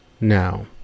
now